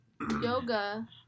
Yoga